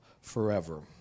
forever